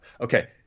okay